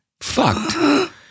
Fucked